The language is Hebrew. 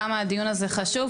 כמה הדיון הזה חשוב.